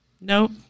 Nope